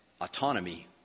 autonomy